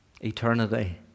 Eternity